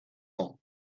temps